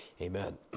Amen